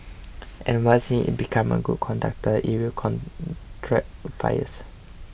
and once it becomes a good conductor it will attract fires